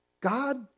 God